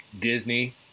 Disney